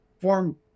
form